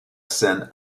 seine